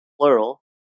plural